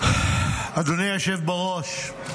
אדוני היושב בראש,